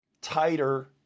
tighter